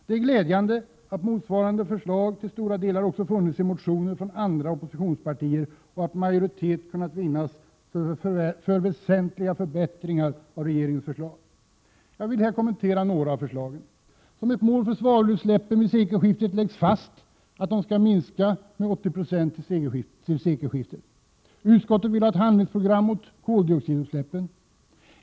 Det är glädjande att motsvarande förslag till stora delar också funnits i motioner från andra oppositionspartier och att majoritet har kunnat vinnas för väsentliga förbättringar av regeringens Prot. 1987/88:134 förslag. 6 juni 1988 Jag vill här kommentera några av förslagen. Som ett mål för svavelutsläppen läggs fast att de skall minska med 80 9 till sekelskiftet. Utskottet vill ha ett handlingsprogram mot koldioxidutsläppen.